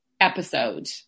episode